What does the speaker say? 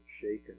shaken